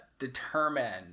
determine